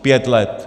Pět let.